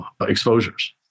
exposures